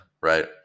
right